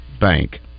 Bank